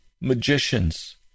magicians